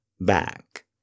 back